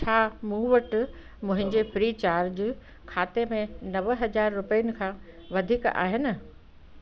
छा मूं वटि मुंहिंजे फ़्री चार्ज खाते में नव हज़ार रुपियनि खां वधीक आहिनि